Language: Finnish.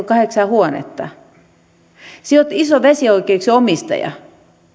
kahdeksaa huonetta sinä olet iso vesioikeuksien omistaja